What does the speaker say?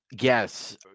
Yes